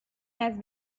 has